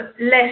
less